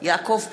יעקב פרי,